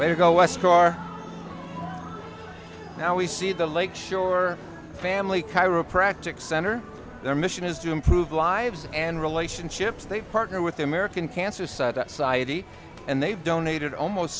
you go i score now we see the lake shore family chiropractic center their mission is to improve lives and relationships they partner with the american cancer society and they've donated almost